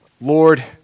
Lord